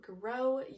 grow